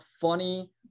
funny